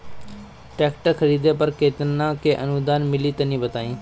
Tractor खरीदे पर कितना के अनुदान मिली तनि बताई?